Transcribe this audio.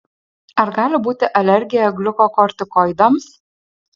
ar gali būti alergija gliukokortikoidams